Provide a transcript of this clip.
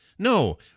No